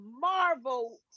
Marvel